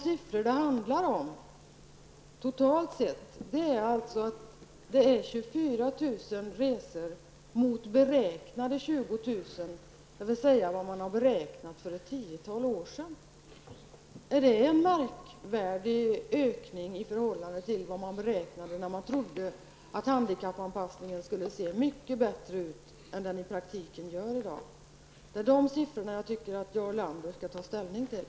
Totalt sett handlar det alltså om 24 000 resor i stället för de 20 000 resor som beräknades ett tiotal år sedan. Är det en märkvärdig ökning i förhållande till vad man räknade med när man trodde att handikappanpassningen skulle se mycket bättre ut än den i praktiken gör i dag? Dessa siffror tycker jag att Jarl Lander skall ta ställning till.